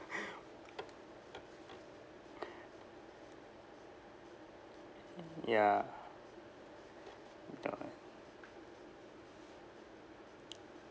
ya the